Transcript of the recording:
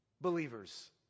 believers